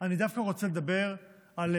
אני דווקא רוצה לדבר עלינו,